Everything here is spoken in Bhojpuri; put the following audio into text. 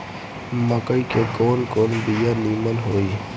मकई के कवन कवन बिया नीमन होई?